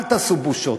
אל תעשו בושות.